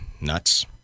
nuts